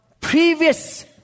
previous